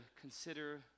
consider